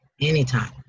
Anytime